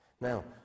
Now